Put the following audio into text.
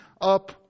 up